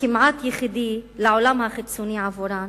היחיד כמעט לעולם החיצוני עבורן,